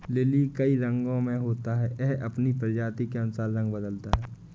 lily कई रंगो में होता है, यह अपनी प्रजाति के अनुसार रंग बदलता है